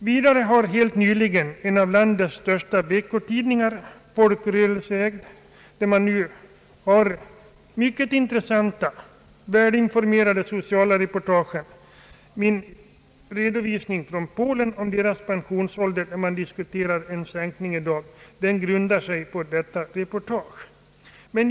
Vidare har en av landets största veckotidningar, folkrörelseägd, helt nyligen haft mycket intressanta och välinformerade sociala repotage. Min redovisning för pensionsåldern i Polen, där man i dag diskuterar en sänkning, grundar sig på detta reportage.